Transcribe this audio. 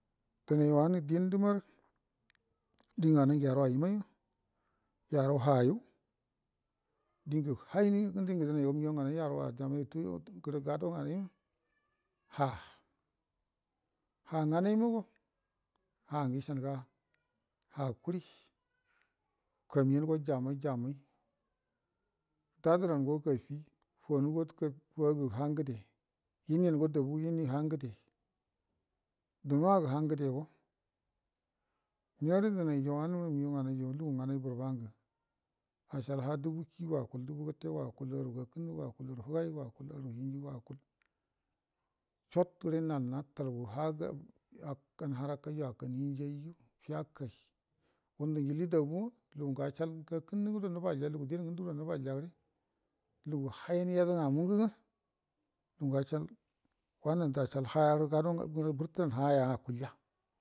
Nənee wannə dində marə dinganaragə yaruwa imaina yaru ha yu digə kanifi ngə dingə migaul uganai yaruwa jammai to ngrə ga dowa ha hanganai mago ha ishanəga ha kuri kamiyango jammai jammai dadərango gaffi fuwango fuwago ha ngəde iniyango dabagə ini ngə ha ngəde dunowa gə ha ngəde go yorə dənaijo lugu nganai bərəba ngə ashal hadubu ki go akul dubu gəte go akul aru gakənnəgo akul aru higaigo akul aru hingigə akul chot gəre nal natalgu nagə akkan arakəgoju akan inuji ju fiyakəyai ugundə njili dabna lugu ngə achal gakənnə go nəbalya lugubeu gudo nəbalya gəre luga hayan yedəna mungə ngə lungə achal wan nudə achal ha gərə gado gəre bərə tarha yama akulya.